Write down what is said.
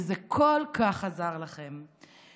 וזה כל כך עזר לכם,